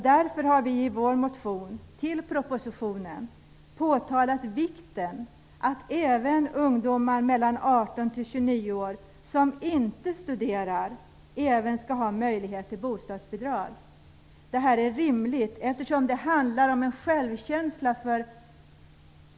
Därför har vi i vår motion till propositionen påtalat vikten av att även ungdomar mellan 18 och 29 år som inte studerar skall ha möjlighet till bostadsbidrag. Det är rimligt eftersom det handlar om självkänsla.